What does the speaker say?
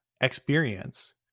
experience